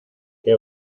qué